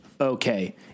Okay